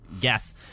guess